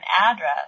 address